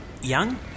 Young